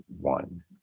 One